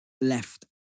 left